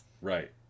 Right